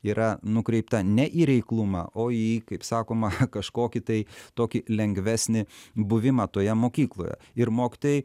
yra nukreipta ne į reiklumą o į kaip sakoma kažkokį tai tokį lengvesnį buvimą toje mokykloje ir mokytojai